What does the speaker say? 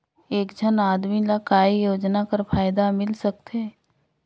एक झन आदमी ला काय योजना कर फायदा मिल सकथे?